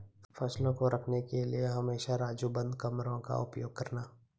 फसलों को रखने के लिए हमेशा राजू बंद कमरों का उपयोग करना